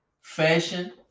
Fashion